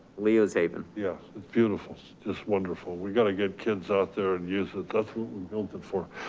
leo's haven. yeah, it's beautiful, just wonderful. we gotta get kids out there and use it. that's what we built it for.